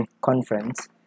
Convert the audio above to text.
conference